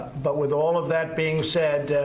but with all of that being said,